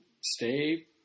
stay